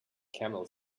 camel